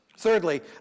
Thirdly